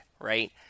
right